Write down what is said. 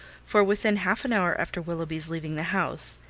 for within half an hour after willoughby's leaving the house,